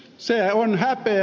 se on häpeä